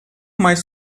mais